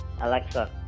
Alexa